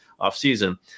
offseason